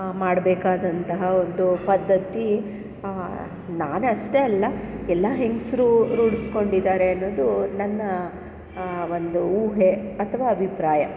ಮಾಡಬೇಕಾದಂತಹ ಒಂದು ಪದ್ದತಿ ನಾನಷ್ಟೇ ಅಲ್ಲ ಎಲ್ಲಾ ಹೆಂಗಸ್ರು ರೂಢಿಸ್ಕೊಂಡಿದರೆ ಅನ್ನೋದು ನನ್ನ ಒಂದು ಊಹೆ ಅಥವಾ ಅಭಿಪ್ರಾಯ